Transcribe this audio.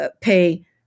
pay